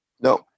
No